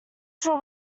sure